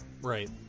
Right